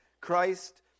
Christ